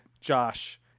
Josh